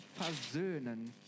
versöhnen